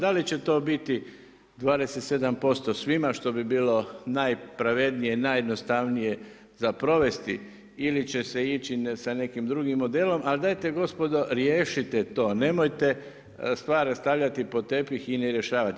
Da li će to biti 27% svima što bi bilo najpravednije, najjednostavnije za provesti ili će se ići sa nekim drugim modelom, ali dajte gospodo, riješite to, nemojte stvari stavljati pod tepih i ne rješavati.